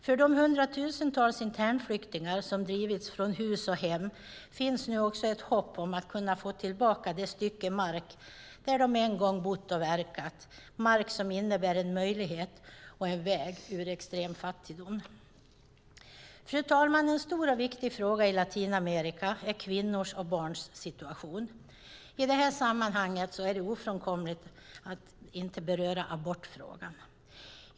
För de fyra fem miljoner internflyktingar som drivits från hus och hem finns nu också ett hopp om att kunna få tillbaka det stycke mark där de en gång bott och verkat, mark som innebär en möjlighet och en väg ut ur extrem fattigdom. Fru talman! En stor och viktig fråga i Latinamerika är kvinnors och barns situation. I det här sammanhanget är det ofrånkomligt att inte beröra abortfrågan.